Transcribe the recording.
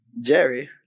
Jerry